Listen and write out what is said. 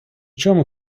чому